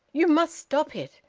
you must stop it.